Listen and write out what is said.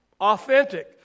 Authentic